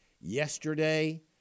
yesterday